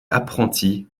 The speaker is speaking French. apprentis